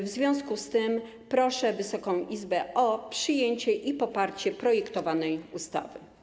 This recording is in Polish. W związku z tym proszę Wysoką Izbę o przyjęcie, poparcie projektowanej ustawy.